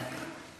אז אני אשמח.